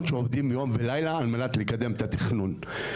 שעובדים יום ולילה על מנת לקדם את התכנון,